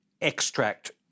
extract